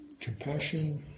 compassion